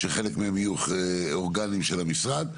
שחלק מהם יהיו אורגניים של המשרד,